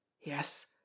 Yes